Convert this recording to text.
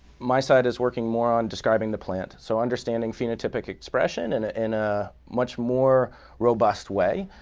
my side is working more on describing the plant, so understanding phenotypic expression and ah in a much more robust way